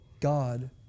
God